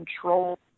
control